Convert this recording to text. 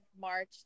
March